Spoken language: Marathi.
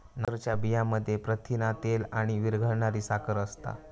नायजरच्या बियांमध्ये प्रथिना, तेल आणि विरघळणारी साखर असता